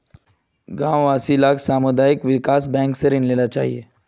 गांव वासि लाक सामुदायिक विकास बैंक स ऋण लेना चाहिए